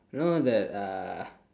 know that uh